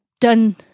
done